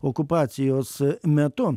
okupacijos metu